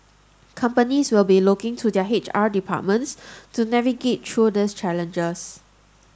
companies will be looking to their H R departments to navigate through these challenges